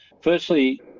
Firstly